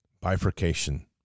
Bifurcation